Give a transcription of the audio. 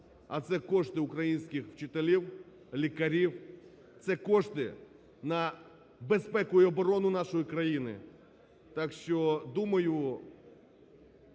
а це кошти українських вчителів, лікарів. Це кошти на безпеку і оборону нашої країни, так що думаю,